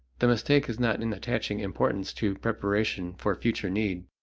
the mistake is not in attaching importance to preparation for future need,